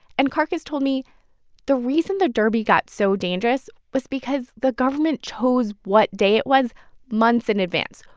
and carcas told me the reason the derby got so dangerous was because the government chose what day it was months in advance,